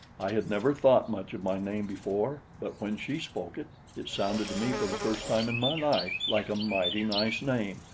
i had never thought much of my name before but when she spoke it, it sounded to me for the first time in my life like a mighty nice name,